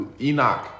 Enoch